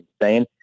insane